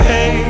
Hey